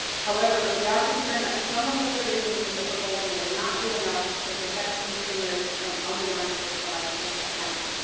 however, we are concerned that some of the provisions in the proposal will not do enough to protect consumers from unwarranted collection attempts.